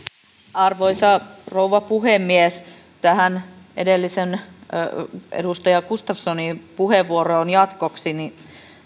arvoisa rouva puhemies tähän edellisen edustaja gustafssonin puheenvuoroon jatkoksi